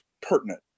pertinent